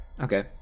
Okay